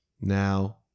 Now